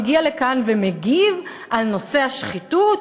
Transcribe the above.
מגיע לכאן ומגיב על נושא השחיתות,